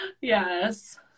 Yes